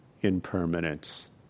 impermanence